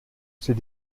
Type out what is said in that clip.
c’est